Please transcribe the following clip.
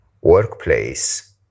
workplace